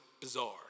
bizarre